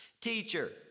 Teacher